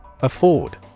Afford